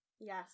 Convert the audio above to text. Yes